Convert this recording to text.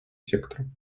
сектором